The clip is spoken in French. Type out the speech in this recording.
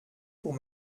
pour